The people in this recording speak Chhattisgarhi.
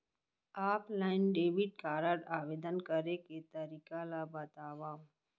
ऑफलाइन डेबिट कारड आवेदन करे के तरीका ल बतावव?